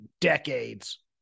decades